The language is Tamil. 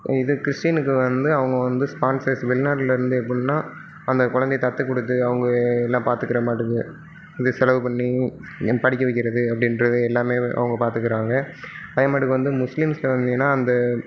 இது கிறிஸ்டினுக்கு வந்து அவங்க வந்து ஸ்பான்சர்ஸ் வெளிநாட்டிலருந்து எப்படின்னா அந்த குழந்தை தத்து கொடுத்து அவங்க எல்லா பார்த்துக்கற மாட்டுக்கு வந்து செலவு பண்ணி படிக்க வைக்கிறது அப்படின்றது எல்லாமே அவங்க பார்த்துக்கறாங்க அதே மாட்டுக்கு வந்து முஸ்லீம்ஸ்சில் வந்தீங்கன்னால் அந்த